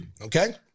Okay